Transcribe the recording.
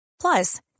plus